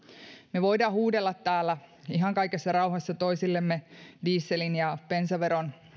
me voimme huudella täällä ihan kaikessa rauhassa toisillemme dieselin ja bensan veron